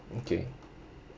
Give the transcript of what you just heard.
okay